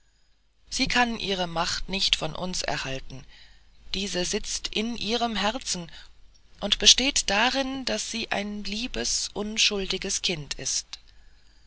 sie kann ihre macht nicht von uns erhalten diese sitzt in ihrem herzen und besteht darin daß sie ein liebes unschuldiges kind ist